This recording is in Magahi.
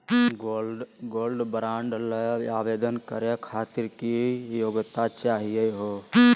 गोल्ड बॉन्ड ल आवेदन करे खातीर की योग्यता चाहियो हो?